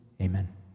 Amen